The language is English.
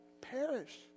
perish